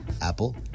Apple